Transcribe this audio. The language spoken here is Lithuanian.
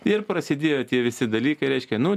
ir prasidėjo tie visi dalykai reiškia nu